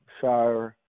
Shire